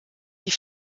die